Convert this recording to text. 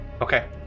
Okay